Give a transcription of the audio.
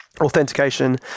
authentication